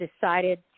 decided